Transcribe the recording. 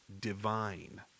divine